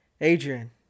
Adrian